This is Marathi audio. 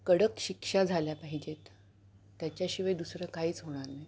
कडक शिक्षा झाल्या पाहिजेत त्याच्याशिवाय दुसरं काहीच होणार नाही